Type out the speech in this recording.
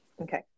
Okay